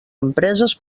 empreses